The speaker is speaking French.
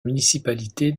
municipalité